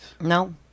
no